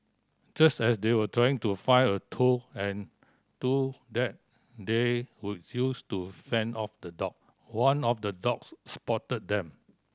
just as they were trying to find a tool and two that they could use to fend off the dog one of the dogs spotted them